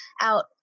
out